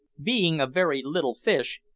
being a very little fish,